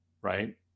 right